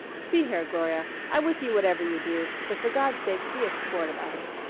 see here, gloria, i'm with you whatever you do, but for god's sake be a sport about it.